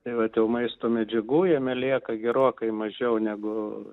tai vat jau maisto medžiagų jame lieka gerokai mažiau negu